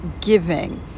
giving